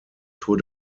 tour